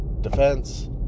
defense